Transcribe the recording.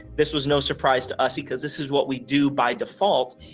this was no surprise to us, because this is what we do by default,